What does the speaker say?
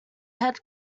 head